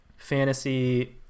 fantasy